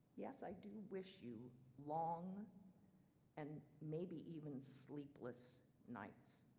yes i do wish you long and maybe even sleepless nights.